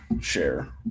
share